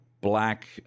black